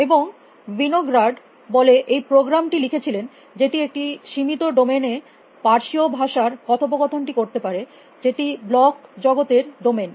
এবং Winograd বলে এই প্রোগ্রাম টি লিখেছিলেন যেটি একটি সীমিত ডোমেইন এ পার্শ্বীয় ভাষার কথোপকথনটি করতে পারে যেটি ব্লক জগতের ডোমেইন